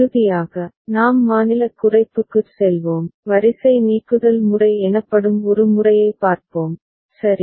இறுதியாக நாம் மாநிலக் குறைப்புக்குச் செல்வோம் வரிசை நீக்குதல் முறை எனப்படும் ஒரு முறையைப் பார்ப்போம் சரி